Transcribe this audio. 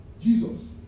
Jesus